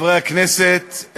חברי הכנסת,